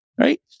right